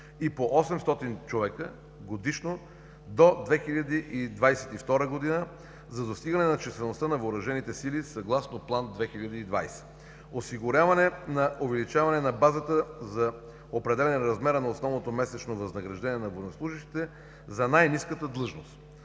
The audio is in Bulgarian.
и по 800 човека годишно до 2022 г.– за достигането на числеността на въоръжените сили, съгласно план 2020 г.; осигуряване на увеличаване на базата за определяне размера на основното месечно възнаграждение на военнослужещите за най-ниската длъжност;